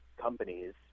companies